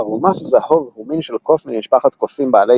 חרומף זהוב הוא מין של קוף ממשפחת קופים בעלי